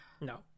No